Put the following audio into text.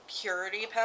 purity